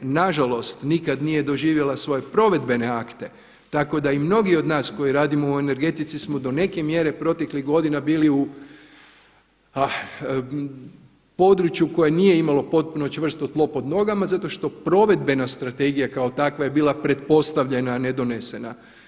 Nažalost nikad nije doživjela svoje provedbene akte tako da i mnogi od nas koji radimo u energetici smo do neke mjere proteklih godina bili u području koje nije imalo potpuno čvrsto tlo pod nogama zato što provedbena strategija kao takva je bila pretpostavljena a ne donesena.